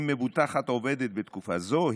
אם מבוטחת עובדת בתקופה זו,